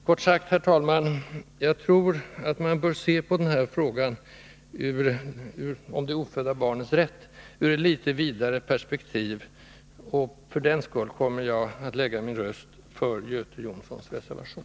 Kort sagt, herr talman, jag tror att man bör se på frågan om det ofödda barnets rätt ur ett vidare perspektiv. För den skull kommer jag att lägga min röst för Göte Jonssons reservation.